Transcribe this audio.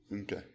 Okay